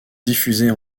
diffusées